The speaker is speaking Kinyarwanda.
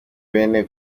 bene